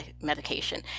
medication